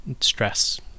stress